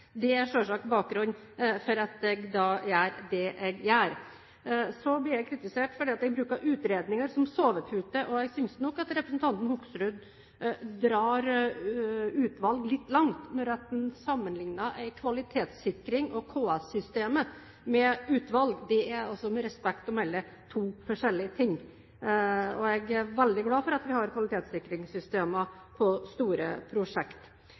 Det er selvsagt bakgrunnen for at jeg gjør det jeg gjør. Så blir jeg kritisert for at jeg bruker utredninger som sovepute. Jeg synes nok at representanten Hoksrud drar «utvalg» litt langt når han sammenlikner kvalitetssikring og KS-systemet med utvalg. Det er med respekt å melde to forskjellige ting. Jeg er veldig glad for at vi har kvalitetssikringssystemer for store